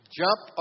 jump